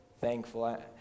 thankful